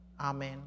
Amen